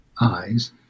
eyes